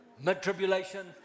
mid-tribulation